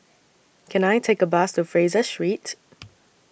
Can I Take A Bus to Fraser Street